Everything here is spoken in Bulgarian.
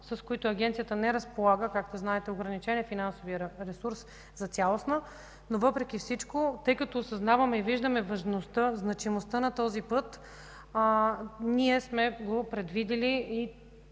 с които Агенцията не разполага. Както знаете ограничен е финансовият ресурс за цялостно, но въпреки всичко, тъй като осъзнаваме и виждаме важността, значимостта на този път сме го предвидили и